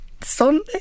Sunday